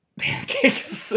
pancakes